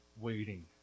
waiting